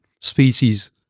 species